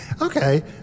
Okay